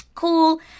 cool